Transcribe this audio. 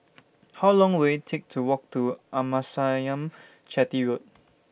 How Long Will IT Take to Walk to Amasalam Chetty Road